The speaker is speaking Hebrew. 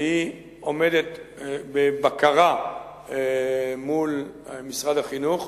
והיא עומדת בבקרה מול משרד החינוך,